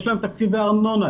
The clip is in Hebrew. יש להן תקציבי ארנונה,